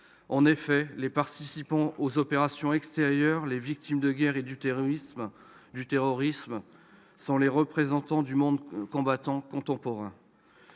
En effet, les participants aux opérations extérieures, les victimes de guerre et du terrorisme sont les représentants du monde combattant contemporain.